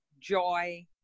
joy